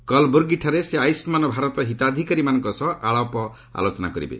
କଲବୁର୍ଗୀଠାରେ ସେ ଆୟୁଷ୍ମାନ୍ ଭାରତ ହିତାଧିକାରୀମାନଙ୍କ ସହ ଆଳପଆଲୋଚନା କରିବେ